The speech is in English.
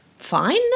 Fine